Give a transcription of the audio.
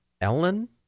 ellen